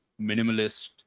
minimalist